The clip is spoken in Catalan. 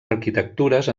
arquitectures